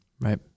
Right